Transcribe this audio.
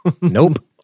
Nope